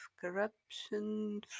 corruption